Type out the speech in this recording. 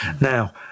Now